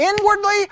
inwardly